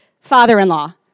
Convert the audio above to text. father-in-law